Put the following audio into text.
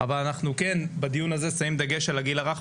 אבל אנחנו כן בדיון הזה שמים דגש על הגיל הרך,